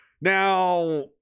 now